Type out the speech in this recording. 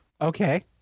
Okay